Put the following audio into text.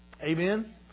Amen